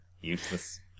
Useless